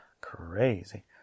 Crazy